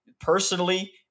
personally